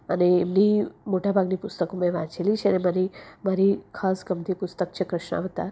અને એમની મોટા ભાગની પુસ્તકો મેં વાચેલી છે એમાંની મારી ખાસ ગમતી પુસ્તક છે કૃષ્ણાવતાર